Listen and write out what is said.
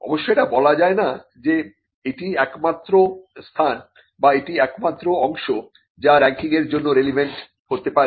অবশ্য এটা বলা যায় না যে এটিই একমাত্র স্থান বা এটিই একমাত্র অংশ যা রাঙ্কিংয়ের জন্য রেলিভান্ট হতে পারে